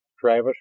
Travis